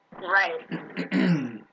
Right